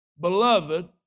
Beloved